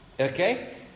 okay